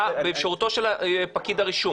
מה באפשרותו של פקיד הרישום,